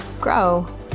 Grow